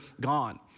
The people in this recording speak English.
gone